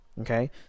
Okay